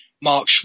Mark